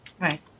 Right